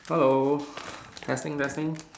hello testing testing